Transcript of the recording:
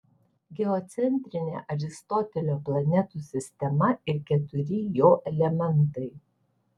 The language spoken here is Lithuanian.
geocentrinė aristotelio planetų sistema ir keturi jo elementai